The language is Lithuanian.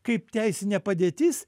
kaip teisinė padėtis